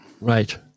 Right